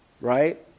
Right